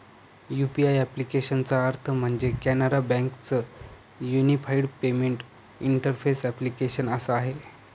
UPI ॲप्लिकेशनचा अर्थ म्हणजे, कॅनरा बँके च युनिफाईड पेमेंट इंटरफेस ॲप्लीकेशन असा आहे